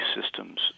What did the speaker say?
systems